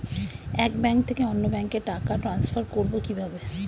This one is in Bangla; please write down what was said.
এক ব্যাংক থেকে অন্য ব্যাংকে টাকা ট্রান্সফার করবো কিভাবে?